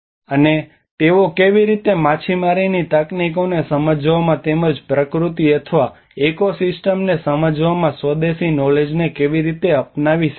અને તેઓ કેવી રીતે માછીમારીની તકનીકોને સમજવામાં તેમજ પ્રકૃતિ અથવા ઇકોસિસ્ટમ્સને સમજવામાં સ્વદેશી નોલેજને કેવી રીતે અપનાવી શકે છે